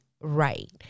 right